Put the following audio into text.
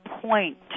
point